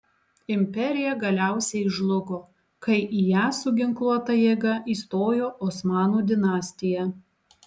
imperija galiausiai žlugo kai į ją su ginkluota jėga įstojo osmanų dinastija